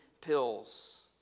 pills